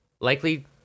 likely